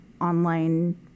online